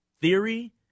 theory